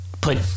put